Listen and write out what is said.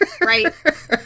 Right